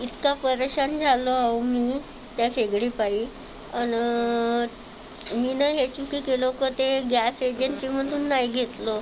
इतका परेशान झालो अहो मी त्या शेगडीपायी आणि मी हे चुकी केलं का ते गॅस एजन्सीमधून नाही घेतलं